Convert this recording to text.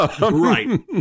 Right